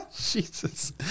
Jesus